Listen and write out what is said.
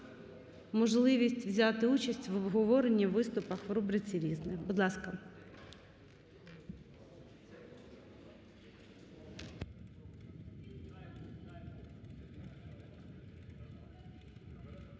можливість взяти участь у обговоренні, у виступах в рубриці "різне". Будь ласка.